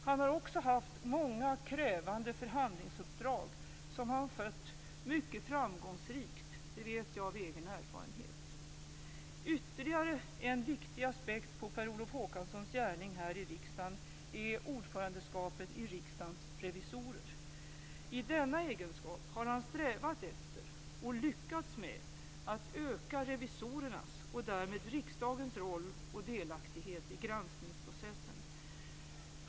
Han har också haft många krävande förhandlingsuppdrag, som han skött mycket framgångsrikt; det vet jag av egen erfarenhet. Ytterligare en viktig aspekt på Per Olof Håkanssons gärning här i riksdagen är ordförandeskapet i Riksdagens revisorer. I denna egenskap har han strävat efter - och lyckats med - att öka revisorernas, och därmed riksdagens, roll och delaktighet i granskningsprocessen.